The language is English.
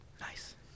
Nice